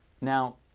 Now